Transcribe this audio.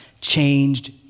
changed